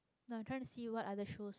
no I'm trying to see what other shows